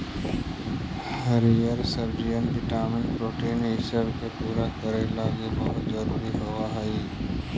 हरीअर सब्जियन vitamin protein ईसब के पूरा करे लागी बहुत जरूरी होब हई